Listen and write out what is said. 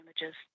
images